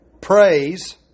praise